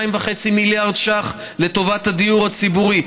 2.5 מיליארד שקלים לטובת הדיור הציבורי,